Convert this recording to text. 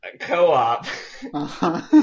co-op